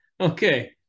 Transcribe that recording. Okay